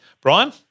Brian